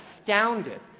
astounded